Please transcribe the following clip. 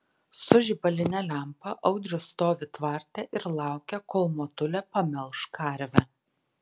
su žibaline lempa audrius stovi tvarte ir laukia kol motulė pamelš karvę